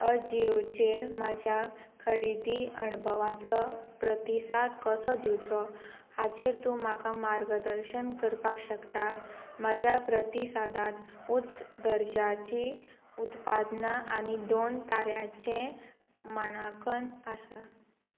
अजिओचेर म्हाज्या खरेदी अणभवाचो प्रतिसाद कसो दिवचो हाचेर तूं म्हाका मार्गदर्शन करपाक शकता म्हज्या प्रतिसादांत उच्च दर्ज्याची उत्पादनां आनी दोन तार्याचें मनाकन आसा